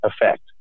effect